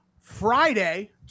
Friday